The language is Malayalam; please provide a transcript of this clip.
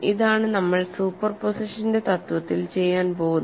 അതാണ് നമ്മൾ സൂപ്പർപോസിഷന്റെ തത്വത്തിൽ ചെയ്യാൻ പോകുന്നത്